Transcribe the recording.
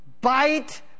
bite